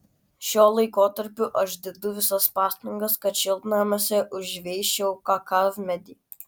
šiuo laikotarpiu aš dedu visas pastangas kad šiltnamiuose užveisčiau kakavmedį